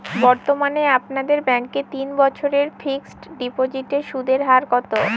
বর্তমানে আপনাদের ব্যাঙ্কে তিন বছরের ফিক্সট ডিপোজিটের সুদের হার কত?